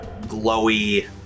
glowy